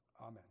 amen